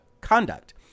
conduct